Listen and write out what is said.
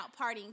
partying